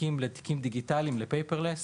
התיקים לתיקים דיגיטליים ל- Paperless,